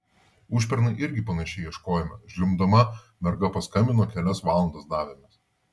užpernai irgi panašiai ieškojome žliumbdama merga paskambino kelias valandas davėmės